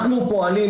אנחנו פועלים,